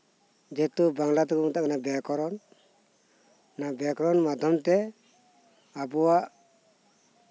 ᱡᱮᱦᱮᱛᱩ ᱵᱟᱝᱞᱟ ᱛᱮᱛᱠᱚ ᱢᱮᱛᱟᱜ ᱠᱟᱱᱟ ᱵᱮᱠᱚᱨᱚᱱ ᱚᱱᱟ ᱵᱮᱠᱚᱨᱚᱱ ᱢᱟᱫᱽᱫᱷᱚᱢ ᱛᱮ ᱟᱵᱚᱣᱟᱜ